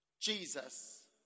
Jesus